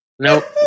Nope